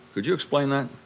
could you explain that?